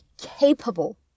capable